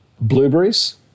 blueberries